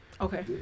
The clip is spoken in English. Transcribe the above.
Okay